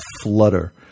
flutter